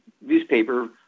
newspaper